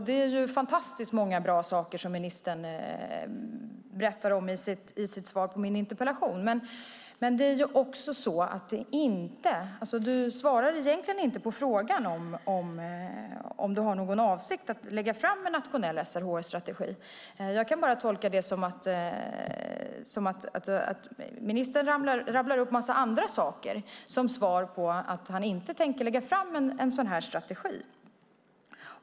Det är fantastiskt många bra saker som ministern berättar om i sitt svar på min interpellation, men han svarar egentligen inte på frågan om han har för avsikt att lägga fram en nationell SRHR-strategi. Ministern rabblar upp en massa saker i svaret i stället för att säga att han inte tänker lägga fram en sådan här strategi.